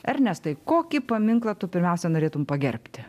ernestai kokį paminklą tu pirmiausia norėtum pagerbti